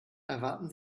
erwarten